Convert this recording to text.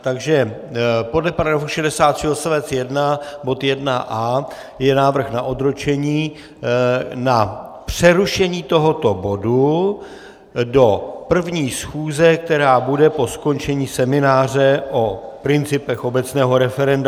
Takže podle § 63 odst. 1 bod 1a je návrh na odročení na přerušení tohoto bodu do první schůze, která bude po skončení semináře o principech obecného referenda.